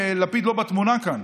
ולפיד לא בתמונה כאן